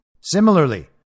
Similarly